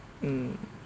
mm